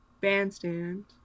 Bandstand